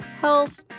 health